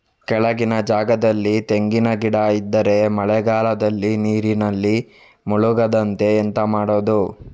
ಕೆಳಗಿನ ಜಾಗದಲ್ಲಿ ತೆಂಗಿನ ಗಿಡ ಇದ್ದರೆ ಮಳೆಗಾಲದಲ್ಲಿ ನೀರಿನಲ್ಲಿ ಮುಳುಗದಂತೆ ಎಂತ ಮಾಡೋದು?